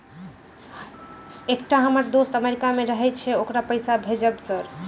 एकटा हम्मर दोस्त अमेरिका मे रहैय छै ओकरा पैसा भेजब सर?